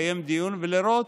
לקיים דיון ולראות,